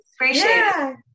appreciate